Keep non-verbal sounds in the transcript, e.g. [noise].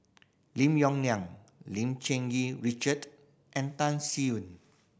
Lim Yong Liang Lim Cherng Yih Richard and Tan [unintelligible]